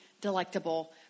delectable